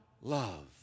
love